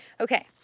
Okay